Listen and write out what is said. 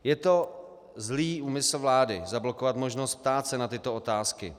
Je to zlý úmysl vlády zablokovat možnost ptát se na tyto otázky.